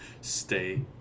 Stay